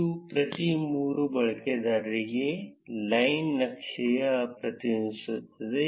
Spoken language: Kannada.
ಇದು ಪ್ರತಿ ಮೂರು ಬಳಕೆದಾರರಿಗೆ ಲೈನ್ ನಕ್ಷೆಯನ್ನು ಪ್ರತಿನಿಧಿಸುತ್ತದೆ